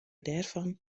dêrfan